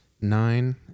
nine